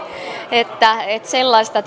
että sellaista